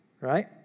right